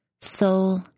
soul